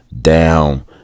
down